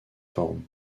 forme